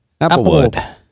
Applewood